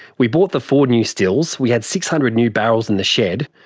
we bought the four new stills, we had six hundred new barrels in the shed,